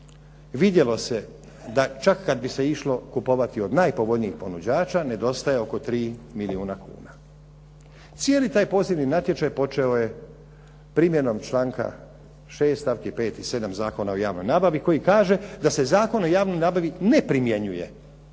vidjelo se da čak kad bi se išlo kupovati od najpovoljnijeg ponuđača nedostaje oko 3 milijuna kuna. Cijeli taj pozivni natječaj počeo je primjenom članka 6. stavka 5. i 7. Zakona o javnoj nabavi koji kaže da se Zakon o javnoj nabavi ne primjenjuje